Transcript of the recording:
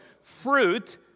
fruit